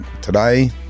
Today